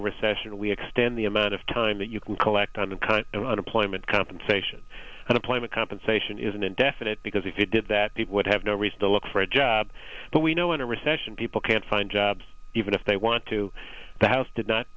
a recession we extend the amount of time that you can collect on the kind of unemployment compensation and employment compensation is an indefinite because if you did that people would have no reason to look for a job but we know in a recession people can't find jobs if they want to the house did not